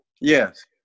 Yes